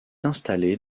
installée